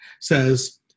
says